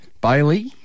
Bailey